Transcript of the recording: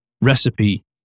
recipe